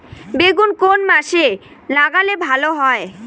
বেগুন কোন মাসে লাগালে ভালো হয়?